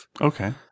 Okay